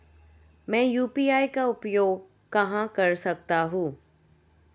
मैं यू.पी.आई का उपयोग कहां कर सकता हूं?